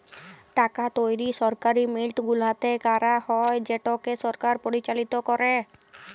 টাকা তৈরি সরকারি মিল্ট গুলাতে ক্যারা হ্যয় যেটকে সরকার পরিচালিত ক্যরে